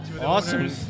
Awesome